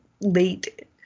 late